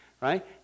right